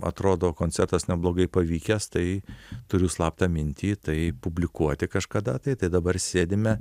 atrodo koncertas neblogai pavykęs tai turiu slaptą mintį tai publikuoti kažkada tai tai dabar sėdime